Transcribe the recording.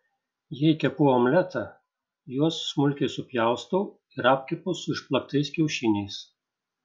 jei kepu omletą juos smulkiai supjaustau ir apkepu su išplaktais kiaušiniais